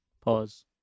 Pause